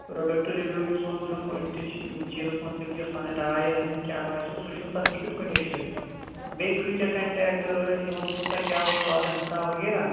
product review یُس اوس دِین کُنتہِ چیٖزس مُتعِلق یۄس پَنٕنۍ راے ٲسۍ دِنۍ کیاہ باسیو سُہ چھُنہٕ تتھ لیٖکِتھ کُنی جاے بیٚے کۭتیاہ کَنٹیکٹ ٲسۍ یِمن کوتاہ کیاہ اوس واتان حساب وغیرہ